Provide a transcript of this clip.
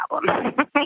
problem